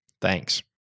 Thanks